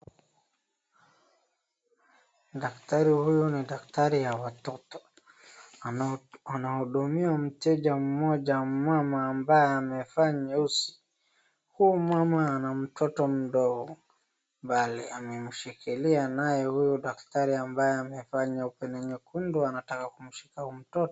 Daktari huyu ni daktari ya watoto. Anahudumia mteja mmoja mama ambaye amevaa nyeusi. Huyu mama ana mtoto mdogo, bali amemshikilia naye huyu daktari ambaye amevaa nyeupe na nyekundu anataka kumshika mtoto.